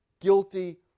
guilty